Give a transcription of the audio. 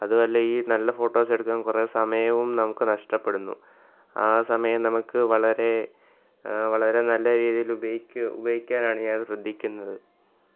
അതും അല്ല ഈ നല്ല ഫോട്ടോസ് എടുക്കാൻ കുറെ സമയവും നമുക്ക് നഷ്ടപ്പെടുന്നു ആ സമയം നമുക്ക് വളരെ വളരെ നല്ല രീതിയിൽ ഉപയോഗിക്കുകയോ ഉപയോഗിക്കാനാണ് ഞാൻ ശ്രദ്ധിക്കുന്നത്